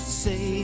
say